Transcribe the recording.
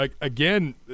Again